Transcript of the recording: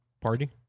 party